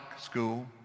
school